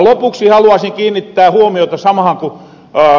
lopuksi haluaisin kiinnittää huomiota samahan kuin ed